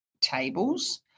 tables